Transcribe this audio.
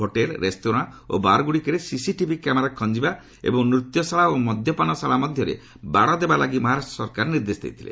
hotel restaurant ଓ ବାର୍ଗୁଡ଼ିକରେ CCTV camera ଖଞ୍ଜିବା ଏବଂ ନୃତ୍ୟ ଶାଳା ଓ ମଦ୍ୟପାନ ଶାଳା ମଧ୍ୟରେ ବାଡ଼ ଦେବା ଲାଗି ମହାରାଷ୍ଟ୍ର ସରକାର ନିର୍ଦ୍ଦେଶ ଦେଇଥିଲେ